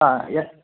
हा यत्